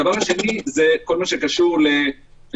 הדבר השני הוא כל מה שקשור לחשיפה.